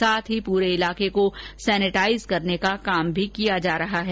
साथ ही साथ पूरे इलाके को सेनेटाईज करने का काम भी किया जा रहा है